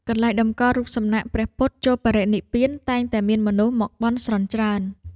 កន្លែងតម្កល់រូបសំណាកព្រះពុទ្ធចូលនិព្វាន តែងតែមានមនុស្សមកបន់ស្រន់ច្រើន។